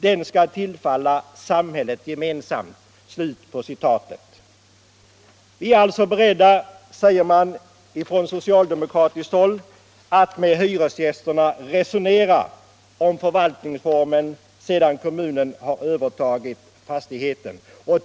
Den skall tillfalla samhället gemensamt.” Vi är alltså beredda, säger man från socialdemokratiskt håll, att med hyresgästerna resonera om förvaltningsformen sedan kommunen övertagit fastigheten.